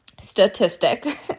statistic